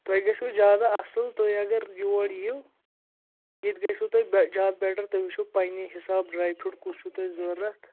تۄہہِ گژھِوٕ زیادٕ اَصٕل تُہۍ اگر یور یِیِو ییٚتہِ گژھِوٕ تۄہہِ زیادٕ بیٚٹَر تُہۍ وُچھُو پنٛنہِ حِساب ڈرٛے فرٛوٗٹ کُس چھُ تۄہہِ ضروٗرت